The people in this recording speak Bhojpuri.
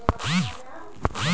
उदगम संस्थानिक अउर सांस्कृतिक हौ